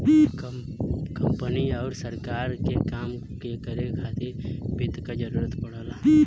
company आउर सरकार के काम के करे खातिर वित्त क जरूरत पड़ला